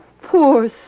poor